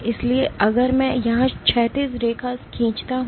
इसलिए अगर मैं यहां क्षैतिज रेखा खींचता हूं